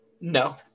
No